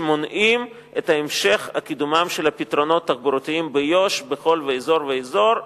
שמונעים את המשך קידומם של הפתרונות התחבורתיים ביו"ש בכל אזור ואזור.